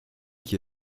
qui